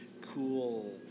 cool